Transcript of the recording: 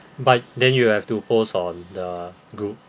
but then you have to post on the group